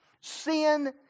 Sin